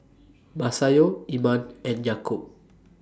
Masayu Iman and Yaakob